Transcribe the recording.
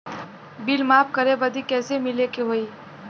Bill माफ करे बदी कैसे मिले के होई?